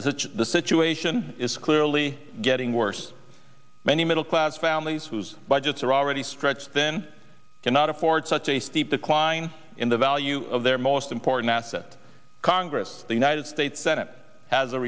is the situation is clearly getting worse many middle class families whose budgets are already stretched thin cannot afford such a steep decline in the value of their most important asset congress the united states senate has a